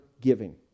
giving